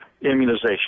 immunization